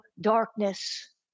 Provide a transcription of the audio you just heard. darkness